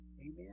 Amen